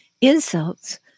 insults